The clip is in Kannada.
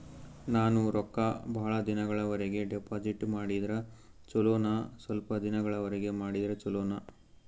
ನಾನು ರೊಕ್ಕ ಬಹಳ ದಿನಗಳವರೆಗೆ ಡಿಪಾಜಿಟ್ ಮಾಡಿದ್ರ ಚೊಲೋನ ಸ್ವಲ್ಪ ದಿನಗಳವರೆಗೆ ಮಾಡಿದ್ರಾ ಚೊಲೋನ?